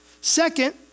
Second